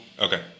Okay